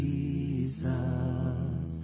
Jesus